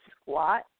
squat